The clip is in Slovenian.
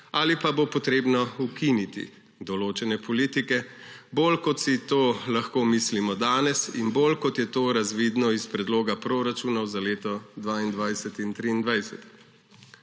ali pa bo potrebno ukiniti določene politike, bolj kot si to lahko mislimo danes in bolj kot je to razvidno iz predloga proračunov za leti 2022 in 2023.